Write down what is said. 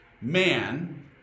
man